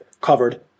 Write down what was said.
covered